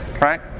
right